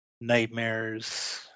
Nightmares